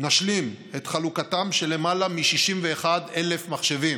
נשלים את חלוקתם של למעלה מ-61,000 מחשבים,